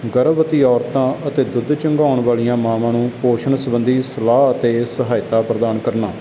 ਗਰਭਵਤੀ ਔਰਤਾਂ ਅਤੇ ਦੁੱਧ ਚੁੰਘਾਉਣ ਵਾਲੀਆਂ ਮਾਂਵਾਂ ਨੂੰ ਪੋਸ਼ਣ ਸੰਬੰਧੀ ਸਲਾਹ ਅਤੇ ਸਹਾਇਤਾ ਪ੍ਰਦਾਨ ਕਰਨਾ